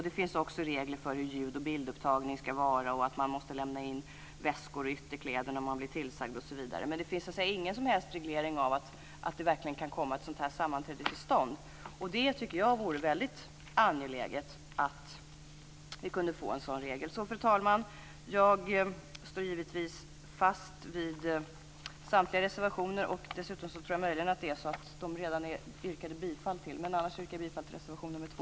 Det finns regler för hur ljud och bildupptagning ska gå till, och man måste lämna in väskor och ytterkläder när man blir tillsagd, osv. Men det finns ingen som helst reglering av att ett sådant här sammanträde verkligen ska komma till stånd, vilket jag tycker vore väldigt angeläget. Fru talman! Jag står givetvis bakom samtliga reservationer. Dessutom tror jag att någon redan har yrkat bifall till dem. I annat fall yrkar jag bifall till reservation 2.